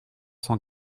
cent